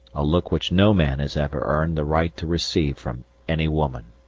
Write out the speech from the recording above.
a look which no man has ever earned the right to receive from any woman.